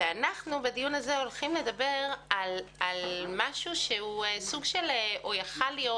אנחנו בדיון הזה הולכים לדבר על משהו שיכול להיות,